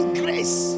grace